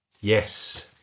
Yes